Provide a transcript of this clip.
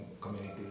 community